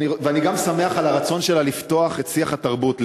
ואני גם שמח על הרצון שלה לפתוח את שיח התרבות,